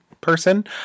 person